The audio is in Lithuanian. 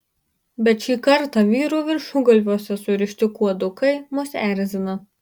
bet šį kartą vyrų viršugalviuose surišti kuodukai mus erzina